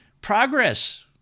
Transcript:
progress